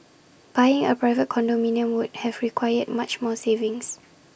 buying A private condominium would have required much more savings